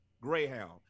Greyhound